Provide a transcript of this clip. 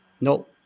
No